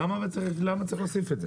למה צריך להוסיף את זה?